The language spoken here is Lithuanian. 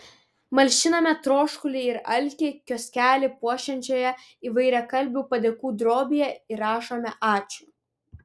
malšiname troškulį ir alkį kioskelį puošiančioje įvairiakalbių padėkų drobėje įrašome ačiū